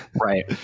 Right